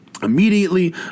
Immediately